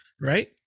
right